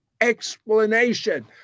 explanation